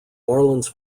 orleans